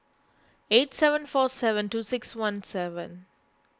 eight seven four seven two six one seven